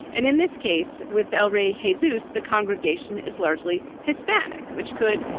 and in this case, with el rey haziness, the congregation is largely hispanic, which could,